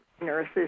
nurses